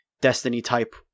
Destiny-type